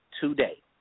today